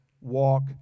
walk